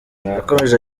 yakomeje